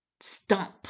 stump